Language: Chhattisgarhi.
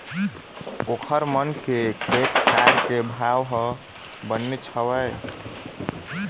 ओखर मन के खेत खार के भाव ह बनेच हवय